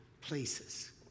places